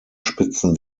spitzen